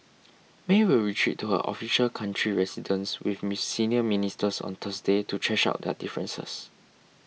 May will retreat to her official country residence with miss senior ministers on Thursday to thrash out their differences